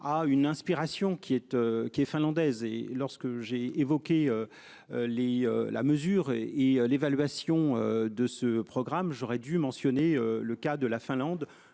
À une inspiration qui êtes qui est finlandaise et lorsque j'ai évoqué. Les la mesure et l'évaluation de ce. Programme. J'aurais du mentionner le cas de la Finlande,